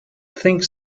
think